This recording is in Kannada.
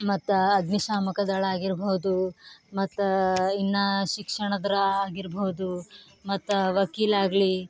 ಮತ್ತು ಅಗ್ನಿಶಾಮಕ ದಳ ಆಗಿರ್ಬೌದು ಮತ್ತು ಇನ್ನು ಶಿಕ್ಷಣದ್ರಾಗಿರ್ಬೌದು ಮತ್ತು ವಕೀಲಾಗಲಿ